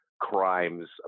crimes